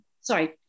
sorry